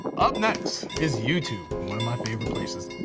up next is youtube, one of my favorite places.